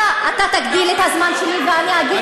אתה תגדיל את הזמן שלי ואני אגיד לך,